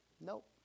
nope